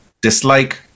dislike